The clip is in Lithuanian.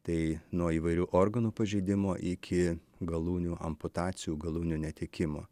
tai nuo įvairių organų pažeidimo iki galūnių amputacijų galūnių netekimo